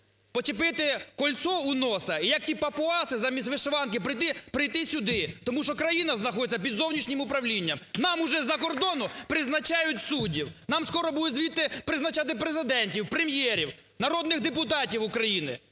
почепити кольцо у носа і як ті папуаси замість "вишиванки" прийти сюди, тому що країна знаходиться під зовнішнім управлінням. Нам уже з-за кордону призначають суддів! Нам скоро будуть звідти призначати Президентів, Прем'єрів, народних депутатів України.